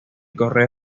correo